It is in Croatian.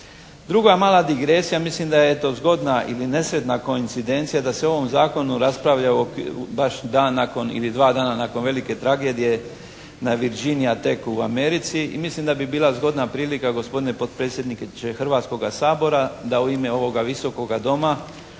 Druga mala digresija mislim da je eto zgodna ili nesretna koincidencija da se u ovom zakonu raspravlja baš dan nakon ili dva dana nakon velike tragedije na Virginia Techu u Americi i mislim da bi bila zgodna prilika gospodine potpredsjedniče Hrvatskoga sabora da u ime ovoga Visokoga doma